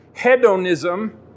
hedonism